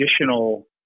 additional